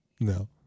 no